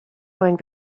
going